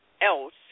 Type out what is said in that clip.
else